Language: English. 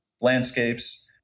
landscapes